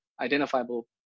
identifiable